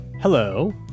hello